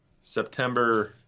September